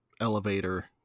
elevator